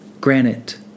granite